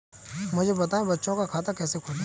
मुझे बताएँ बच्चों का खाता कैसे खोलें?